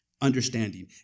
understanding